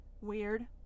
weird